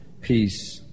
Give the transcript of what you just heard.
peace